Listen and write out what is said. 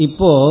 Ipo